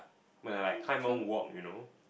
when I like can't even walk you know